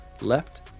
left